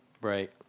Right